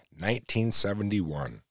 1971